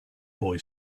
boy